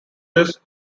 this